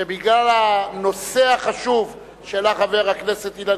שבגלל הנושא החשוב שהעלה חבר הכנסת אילן